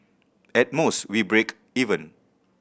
at most we break even